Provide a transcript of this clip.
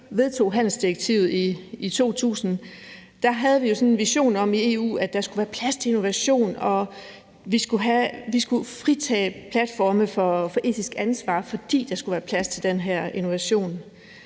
vedtog handelsdirektivet i 2000, havde vi jo sådan en vision i EU om, at der skulle være plads til innovation, og at vi skulle fritage platforme for etisk ansvar, fordi der skulle være plads til den her innovation.